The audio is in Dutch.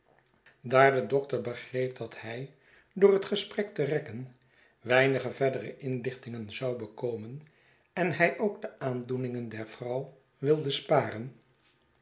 daar de dokter begreep dat hij door het gesprek te rekken weinige verdere inlichtingen zou bekomen en hij ook de aandoeningen der vrouw wilde sparen